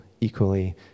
equally